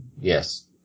Yes